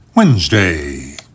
Wednesday